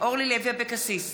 אורלי לוי אבקסיס,